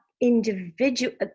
individual